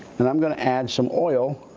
and i'm gonna add some oil